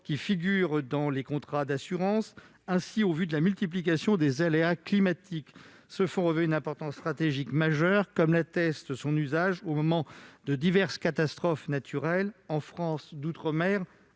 qui figurent dans les contrats d'assurance. Compte tenu de la multiplication des aléas climatiques, ce fonds revêt une importance stratégique majeure, comme l'atteste son usage au moment de diverses catastrophes naturelles en outre-mer